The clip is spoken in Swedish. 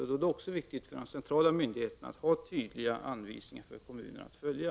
Också därför är det viktigt för de centrala myndigheterna att ha tydliga anvisningar som kommunerna kan följa.